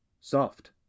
soft